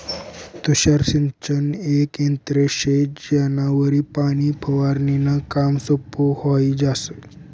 तुषार सिंचन येक यंत्र शे ज्यानावरी पाणी फवारनीनं काम सोपं व्हयी जास